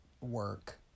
work